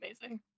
Amazing